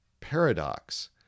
paradox